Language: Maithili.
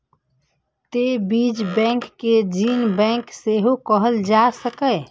तें बीज बैंक कें जीन बैंक सेहो कहल जा सकैए